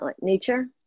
nature